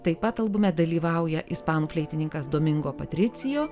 taip pat albume dalyvauja ispanų fleitininkas domingo patricijo